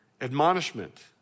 admonishment